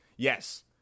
Yes